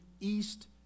east